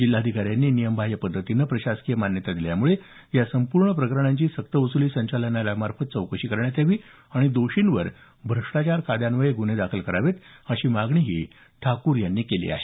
जिल्हाधिकाऱ्यांनी नियमबाह्य पद्धतीनं प्रशासकीय मान्यता दिल्यामुळे या संपूर्ण प्रकरणांची सक्तवसुली संचालनालयामार्फत चौकशी करावी आणि दोषींवर भ्रष्टाचार कायद्यान्वये गुन्हे दाखल करावेत अशी मागणीही ठाकूर यांनी केली आहे